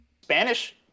Spanish